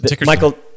Michael